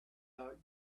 out